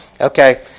Okay